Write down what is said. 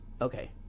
Okay